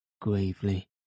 gravely